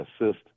assist